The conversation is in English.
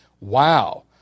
Wow